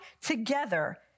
together